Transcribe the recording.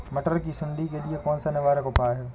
मटर की सुंडी के लिए कौन सा निवारक उपाय है?